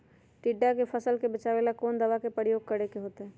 टिड्डा से फसल के बचावेला कौन दावा के प्रयोग करके होतै?